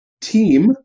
team